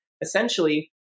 Essentially